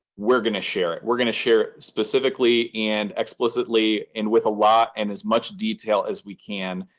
we're going to share it. we're going to share it specifically and explicitly and with a lot and as much detail as we can.